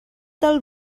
del